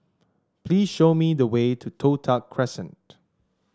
please show me the way to Toh Tuck Crescent